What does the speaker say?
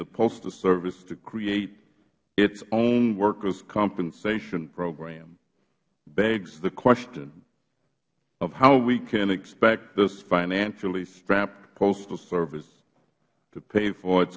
the postal service to create its own workers compensation program begs the question of how we can expect this financially strapped postal service to pay for it